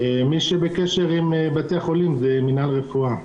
מי שבקשר עם בתי החולים זה מינהל רפואה.